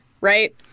right